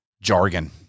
jargon